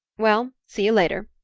well see you later.